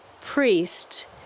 priest